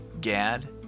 Gad